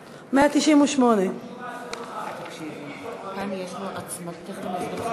198. חבר הכנסת גפני, לקצר?